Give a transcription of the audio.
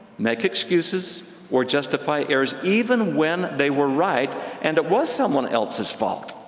make excuses or justify errors even when they were right and it was someone else's fault!